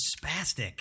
spastic